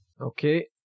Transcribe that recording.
Okay